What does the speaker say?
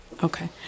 Okay